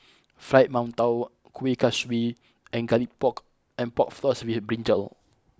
Fried Mantou Kueh Kaswi and Garlic Pork and Pork Floss with Brinjal